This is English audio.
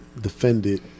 defended